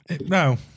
No